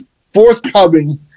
forthcoming